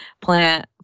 plant